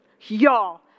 Y'all